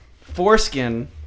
foreskin